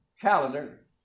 calendar